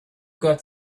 got